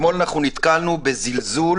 אתמול נתקלנו בזלזול